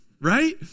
right